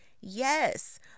Yes